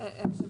כמו שנרשם.